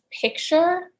picture